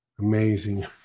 Amazing